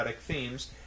themes